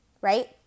Right